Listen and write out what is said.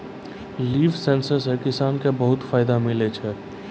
लिफ sensor से किसान के बहुत मदद मिलै छै